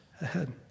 ahead